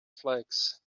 flags